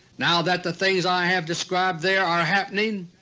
now that the things i have described there are happening,